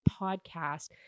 podcast